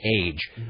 age